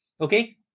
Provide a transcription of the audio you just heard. Okay